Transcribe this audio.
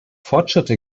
fortschritte